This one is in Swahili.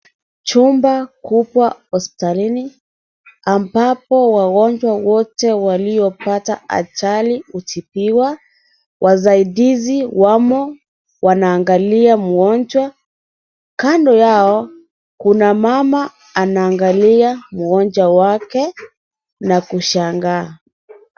Chumba kubwa hospitalini ambapo wagonjwa wote waliopata ajari hutibiwa. Wasaidizi wamo wanaangalia mgonjwa. Kando yao kuna mama anaangalia mgonjwa wake na kushangaa.